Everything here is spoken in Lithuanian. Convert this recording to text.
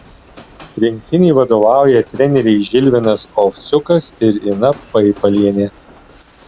rinktinei vadovauja treneriai žilvinas ovsiukas ir ina paipalienė